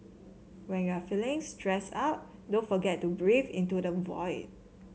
when you are feeling stressed out don't forget to breathe into the void